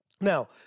Now